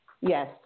Yes